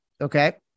Okay